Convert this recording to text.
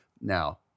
Now